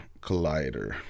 Collider